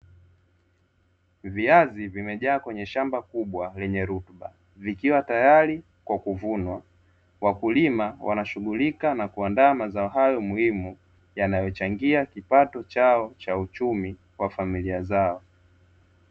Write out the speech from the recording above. Viazi vimejaa kwenye shamba kubwa lenye rutuba vikiwa tayari kwa kuvunwa, wakulima wanashughulika na kuaandaa mazao hayo muhimu yanayo changia kipato chao cha uchumi kwa familia zao.